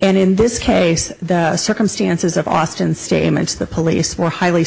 and in this case the circumstances of austin statements the police were highly